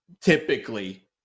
typically